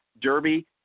Derby